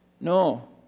No